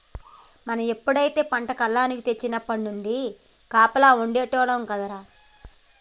మనం ఎప్పుడైతే పంట కల్లేనికి తెచ్చినప్పట్నుంచి కాపలా ఉండేటోల్లం కదరా